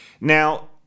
now